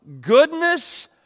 Goodness